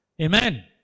Amen